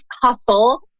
hustle